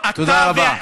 תודה רבה.